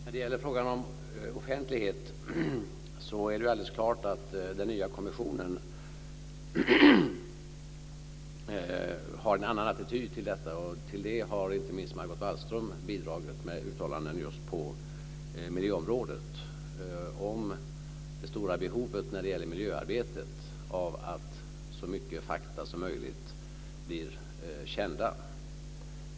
Fru talman! När det gäller frågan om offentlighet är det alldeles klart att den nya kommissionen har en annan attityd till detta. Till det har inte minst Margot Wallström bidragit med uttalanden på miljöområdet. Hon har talat om det stora behovet inom miljöarbetet att så många fakta som möjligt blir kända.